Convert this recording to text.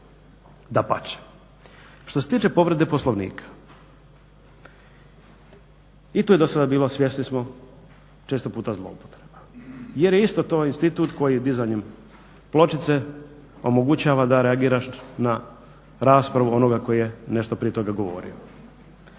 dapače. Što se tiče povrede Poslovnika i tu je do sada bilo svjesni smo često puta zloupotreba jer je to isto institut koji dizanjem pločice omogućava da reagiraš na raspravu onoga koji je nešto prije toga govorio.